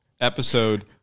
episode